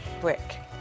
brick